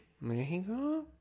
Mexico